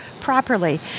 properly